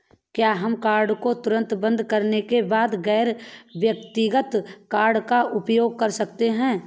क्या हम कार्ड को तुरंत बंद करने के बाद गैर व्यक्तिगत कार्ड का उपयोग कर सकते हैं?